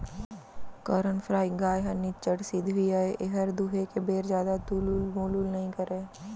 करन फ्राइ गाय ह निच्चट सिधवी अय एहर दुहे के बेर जादा तुलुल मुलुल नइ करय